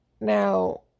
now